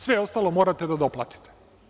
Sve ostalo morate da doplatite.